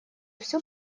всю